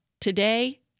today